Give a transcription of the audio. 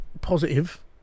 positive